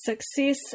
Success